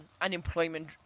unemployment